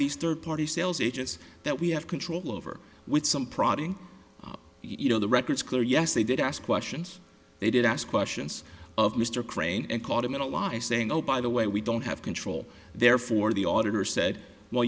these third party sales agents that we have control over with some prodding you know the record is clear yes they did ask questions they did ask questions of mr crane and caught him in a lie saying oh by the way we don't have control therefore the auditor said well